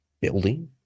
building